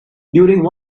during